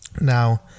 Now